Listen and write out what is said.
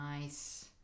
Nice